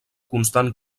constant